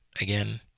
again